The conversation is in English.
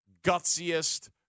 gutsiest